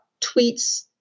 tweets